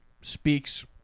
speaks